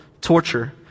torture